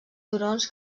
turons